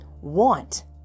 want